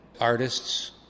Artists